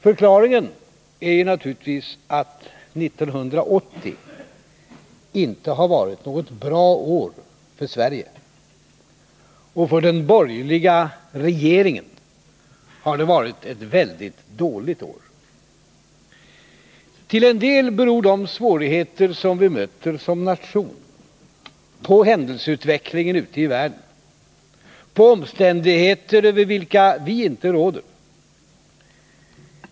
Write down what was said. Förklaringen är naturligtvis att 1980 inte varit något bra år för Sverige. För den borgerliga regeringen har det varit ett väldigt dåligt år. Till en del beror de svårigheter som vi möter som nation på händelseutvecklingen ute i världen, på omständigheter över vilka vi inte råder.